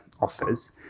offers